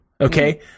Okay